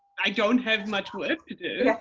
i don't have much work to do,